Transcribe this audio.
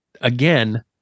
Again